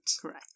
Correct